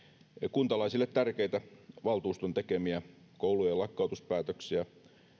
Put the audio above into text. kuntalaisille tärkeitä valtuuston tekemiä koulujen lakkautuspäätöksiä